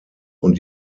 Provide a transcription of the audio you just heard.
und